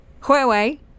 Huawei